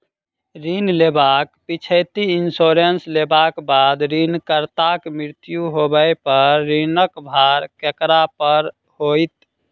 ऋण लेबाक पिछैती इन्सुरेंस लेबाक बाद ऋणकर्ताक मृत्यु होबय पर ऋणक भार ककरा पर होइत?